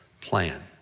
plan